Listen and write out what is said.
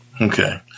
Okay